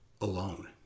alone